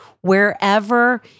wherever